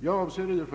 Jag avser